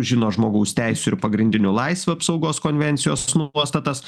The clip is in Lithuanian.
žino žmogaus teisių ir pagrindinių laisvių apsaugos konvencijos nuostatas